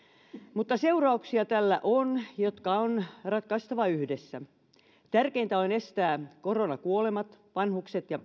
mutta tällä on seurauksia jotka on ratkaistava yhdessä tärkeintä on estää koronakuolemat vanhukset ja